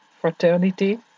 fraternity